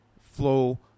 flow